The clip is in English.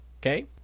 okay